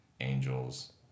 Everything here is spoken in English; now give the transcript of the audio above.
Angels